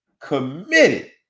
committed